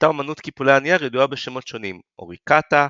הייתה אמנות קיפולי הנייר ידועה בשמות שונים – "אוריקאטה",